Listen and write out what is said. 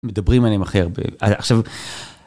מדברים עליהם הכי הרבה, עכשיו.